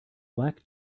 black